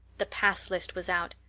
the pass list was out!